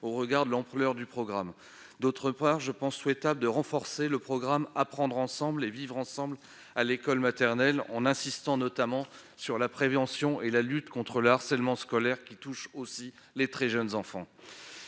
au regard de l'ampleur du programme. Par ailleurs, je pense souhaitable de renforcer le programme « Apprendre ensemble et vivre ensemble » à l'école maternelle, en insistant notamment sur la prévention et la lutte contre le harcèlement scolaire, qui touche aussi les très jeunes enfants.